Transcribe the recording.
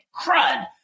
Crud